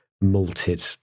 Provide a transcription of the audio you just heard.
malted